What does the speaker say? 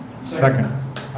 Second